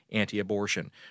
anti-abortion